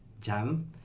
jam